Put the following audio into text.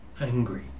angry